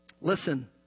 Listen